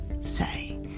say